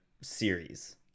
series